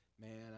man